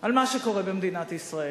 על מה שקורה במדינת ישראל.